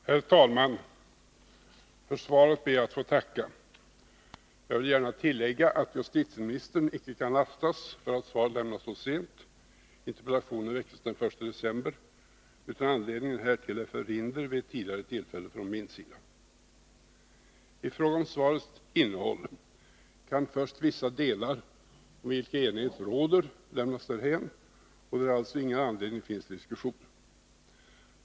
Herr talman! För svaret ber jag att få tacka. Jag vill gärna tillägga att justitieministern icke kan lastas för att svaret lämnas så sent — interpellationen framställdes den 1 december — utan anledningen härtill är förhinder vid ett tidigare tillfälle från min sida. I fråga om svarets innehåll kan först vissa delar, om vilka enighet råder, lämnas därhän, och där finns alltså ingen anledning till diskussion.